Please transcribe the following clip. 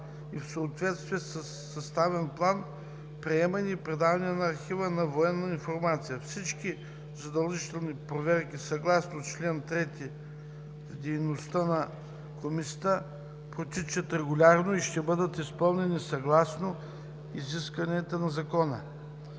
и в съответствие със съставен план приемане и предаване на архива на „Военна информация“. Всички задължителни проверки съгласно чл. 3 в дейността на Комисията протичат регулярно и ще бъдат изпълнени съгласно изискванията на Закона.